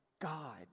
God